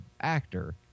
actor